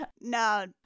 No